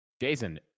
Jason